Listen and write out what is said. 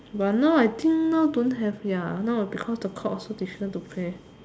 but now I think now don't have ya now because the court also difficult to play